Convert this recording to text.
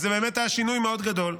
אז באמת היה שינוי גדול,